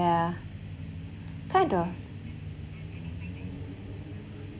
yeah kinda